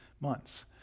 months